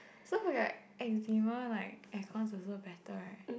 so if you got like Eczema like air-con also better right